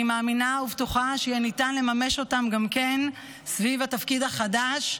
אני מאמינה ובטוחה שיהיה ניתן לממש גם כן סביב התפקיד החדש,